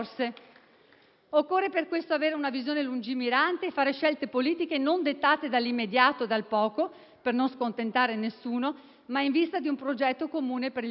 Occorre per questo avere una visione lungimirante e fare scelte politiche non dettate dall'immediato e dal poco, per non scontentare nessuno, ma in vista di un progetto comune per il Paese.